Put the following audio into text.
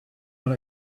know